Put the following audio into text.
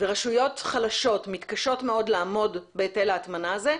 ורשויות חלשות מתקשות מאוד לעמוד בהיטל ההטמנה הזה,